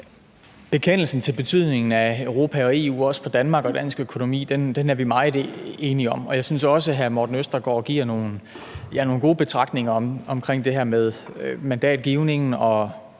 Bekendelsen til betydningen af Europa og EU, også for Danmark og dansk økonomi, er vi meget enige om. Jeg synes også, hr. Morten Østergaard giver nogle gode betragtninger omkring det her med mandatgivningen og